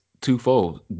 twofold